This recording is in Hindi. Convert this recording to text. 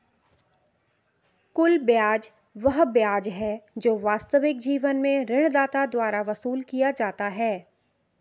कुल ब्याज वह ब्याज है जो वास्तविक जीवन में ऋणदाता द्वारा वसूल किया जाता है